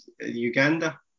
Uganda